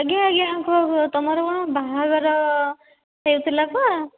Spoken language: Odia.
ଆଜ୍ଞା ଆଜ୍ଞା କୁହ କୁହ ତୁମର କ'ଣ ବାହାଘର ହେଉଥିଲା ପା